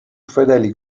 fedeli